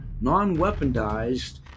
non-weaponized